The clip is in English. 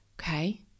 okay